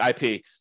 IP